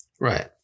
Right